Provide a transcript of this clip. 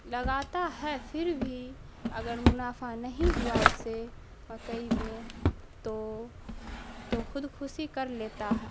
لگاتا ہے پھر بھی اگر منافع نہیں ہوا اس سے مکئی میں تو تو خود کشی کر لیتا ہے